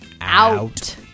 out